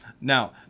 Now